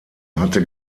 hatte